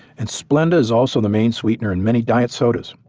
and splenda is also the main sweetener in many diet sodas.